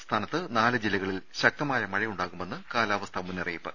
സംസ്ഥാനത്ത് നാല് ജില്ലകളിൽ ശക്തമായ മഴയുണ്ടാകുമെന്ന് കാലാവസ്ഥാ മുന്നറിയിപ്പ്